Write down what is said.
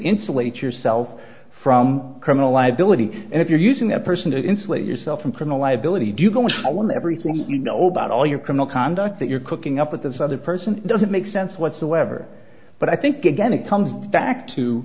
insulate yourself from criminal liability and if you're using that person to insulate yourself from criminal liability do going i want everything you know about all your criminal conduct that you're cooking up with this other person doesn't make sense whatsoever but i think again it comes back to